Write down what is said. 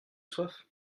soif